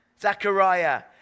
Zechariah